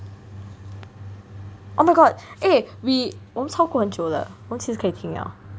oh my god eh we 我们超过很久了我们其实可以停了